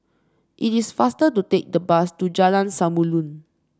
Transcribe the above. it is faster to take the bus to Jalan Samulun